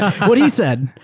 what he said.